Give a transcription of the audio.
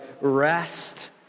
rest